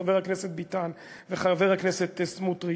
חבר הכנסת ביטן וחבר הכנסת סמוטריץ,